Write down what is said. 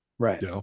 Right